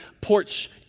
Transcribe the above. porch